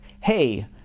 hey